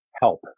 help